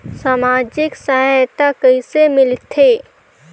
समाजिक सहायता कइसे मिलथे?